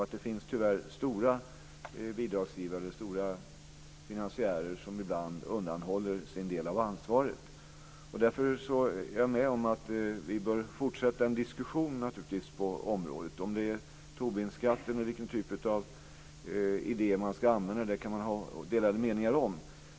Tyvärr finns det stora bidragsgivare, stora finansiärer, som ibland undanhåller sin del av ansvaret. Därför håller jag med om att vi bör fortsätta en diskussion på området. Om det är Tobinskatt eller någon annan typ av idéer som ska användas kan man ha delade meningar om.